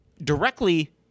Directly